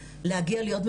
זה משתלם למדינה להשקיע בזה.